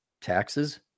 Taxes